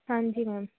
हाँ जी मैम